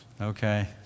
Okay